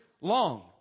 long